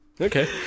Okay